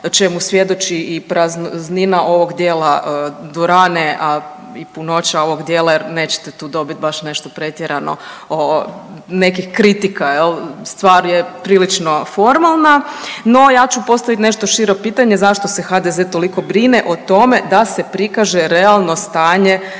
čemu svjedoči i praznina ovog dijela dvorane, a i punoća ovog dijela jer nećete tu dobiti baš nešto pretjerano nekih kritika, je li, stvar je prilično formalna. No, ja ću postaviti nešto šire pitanje, zašto se HDZ toliko brine o tome da se prikaže realno stanje